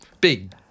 big